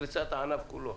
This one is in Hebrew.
קריסת הענף כולו.